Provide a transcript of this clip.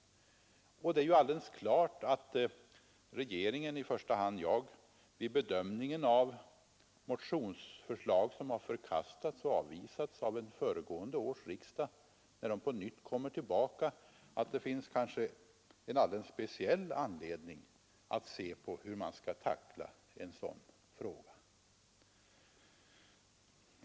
Att vi inte genast kastade ut ett uppdrag kan ju bero på att vi övervägde den lämpliga formen för uppdraget, den lämpliga instansen för att ta hand om uppdraget osv. Och detta har tagit en viss tid. Vid bedömningen fanns också med i bilden, vilket herr Sellgren inte talade någonting om, att denna fråga helt nyligen har behandlats i kammaren. Det var bara ett år sedan — nu är det för all del snart två år sedan — som motioner i samma ärende väcktes i kammaren. Det är alldeles klart att regeringen, i första hand jag, vid bedömningen av motionsförslag som har avvisats av en tidigare riksdag har en alldeles speciell anledning att se på hur man skall tackla en sådan fråga när den förs fram igen.